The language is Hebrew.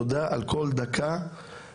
תודה על כל דקה ודקה.